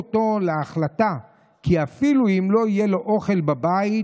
אותו להחלטה כי אפילו אם לא יהיה לו אוכל בבית,